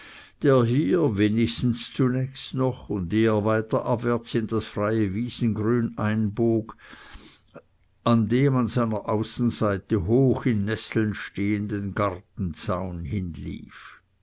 der hier wenigstens zunächst noch und eh er weiter abwärts in das freie wiesengrün einbog an dem an seiner außenseite hoch in nesseln stehenden gartenzaun hinlief